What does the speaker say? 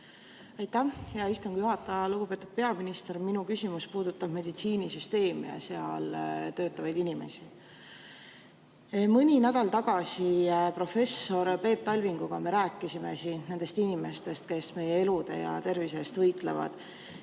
Aitäh, hea istungi juhataja! Lugupeetud peaminister! Minu küsimus puudutab meditsiinisüsteemi ja seal töötavaid inimesi. Mõni nädal tagasi me professor Peep Talvinguga rääkisime siin nendest inimestest, kes meie elude ja tervise eest võitlevad.